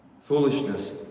Foolishness